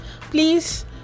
please